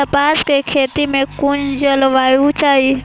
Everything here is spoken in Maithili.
कपास के खेती में कुन जलवायु चाही?